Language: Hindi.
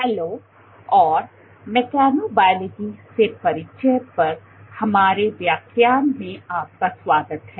हैलो और मैकेबोलॉजी से परिचय पर हमारे व्याख्यान में आपका स्वागत है